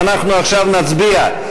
ואנחנו עכשיו נצביע.